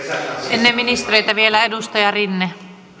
ennen ministereitä vielä edustaja rinne